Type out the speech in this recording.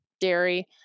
dairy